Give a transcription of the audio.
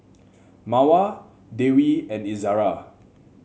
Mawar Dewi and Izara